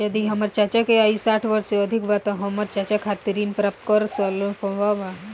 यदि हमर चाचा की आयु साठ वर्ष से अधिक बा त का हमर चाचा खातिर ऋण प्राप्त करल संभव बा